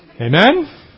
Amen